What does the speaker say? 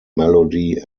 melody